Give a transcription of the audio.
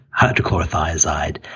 hydrochlorothiazide